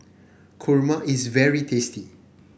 kurma is very tasty